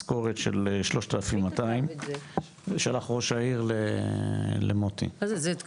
במשכורת של 3,200. את זה שלח ראש העיקר למוטי.